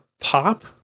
pop